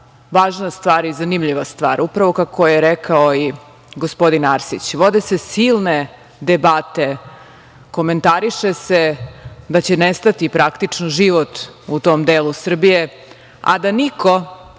važna stvar i zanimljiva stvar. Upravo, kako je rekao i gospodin Arsić, vode se silne debate, komentariše se da će nestati praktično život u tom delu Srbije, a da niko